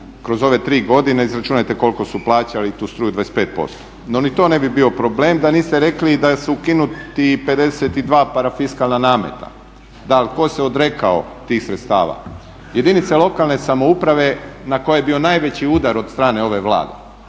kroz ove tri godine izračunajte koliko su plaćali tu struju 25%. No ni to ne bi bio problem da niste rekli da su ukinuti 52 parafiskalna nameta. Da, ali tko se odrekao tih sredstava? Jedinice lokalne samouprave na koje je bio najveći udar od strane ove Vlade.